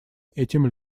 этим